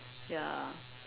ya